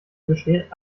bestehen